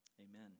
Amen